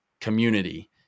community